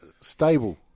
stable